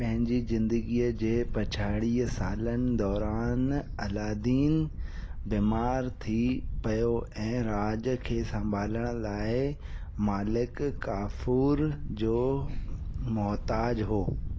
पंहिंजी ज़िंदगीअ जे पछाड़ीअ सालनि दौरान अलादीन बीमारु थी पियो ऐं राज खे संभालण लाइ मालिक काफ़ूर जो मुहताज हो